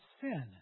sin